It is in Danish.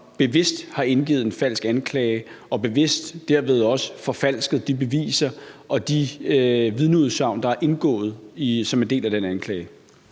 bevidst har indgivet en falsk anklage og derved bevidst også har forfalsket de beviser og de vidneudsagn, der er indgået som en del af den anklage.